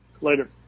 Later